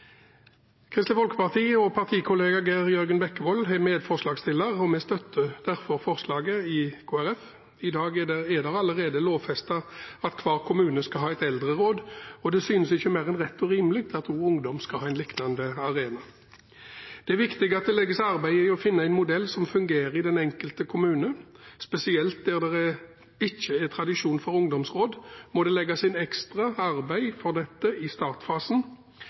Kristelig Folkeparti og partikollega Geir Jørgen Bekkevold er medforslagsstiller, og Kristelig Folkeparti støtter derfor forslaget. I dag er det allerede lovfestet at hver kommune skal ha et eldreråd, og det synes ikke mer enn rett og rimelig at også ungdom skal ha en liknende arena. Det er viktig at det legges arbeid i å finne en modell som fungerer i den enkelte kommune. Spesielt der det ikke er tradisjon for ungdomsråd, må det legges inn ekstra arbeid for dette i startfasen,